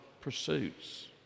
pursuits